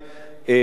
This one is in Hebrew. אולי,